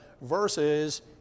versus